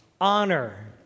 honor